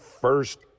first